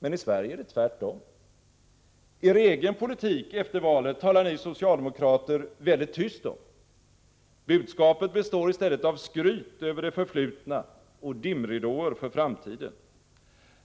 Men i Sverige är det tvärtom. Er egen politik efter valet talar ni socialdemokrater mycket tyst om. Budskapet består i stället av skryt över det förflutna och dimridåer för framtiden.